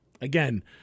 again